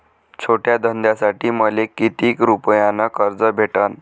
छोट्या धंद्यासाठी मले कितीक रुपयानं कर्ज भेटन?